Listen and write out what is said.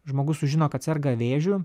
žmogus sužino kad serga vėžiu